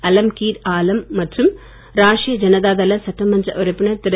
அலம்கீர் ஆலம் மற்றும் ராஷ்ட்ய ஜனதாதள சட்டமன்ற உறுப்பினர் திரு